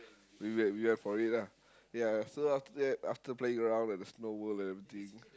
we wait we wait for it ah ya so after that after playing around at the Snow-World and everything